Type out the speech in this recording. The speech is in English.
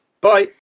Bye